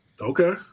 Okay